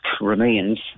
remains